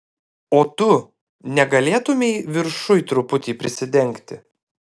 o tu negalėtumei viršuj truputį prisidengti